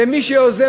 ומי שיוזם,